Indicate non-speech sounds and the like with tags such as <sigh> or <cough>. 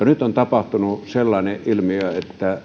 <unintelligible> nyt on tapahtunut sellainen ilmiö että